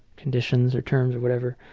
conditions or terms or whatever.